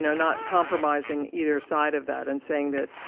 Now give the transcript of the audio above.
not compromising either side of that. and saying that,